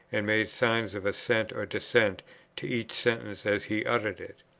and made signs of assent or dissent to each sentence, as he uttered it.